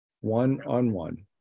one-on-one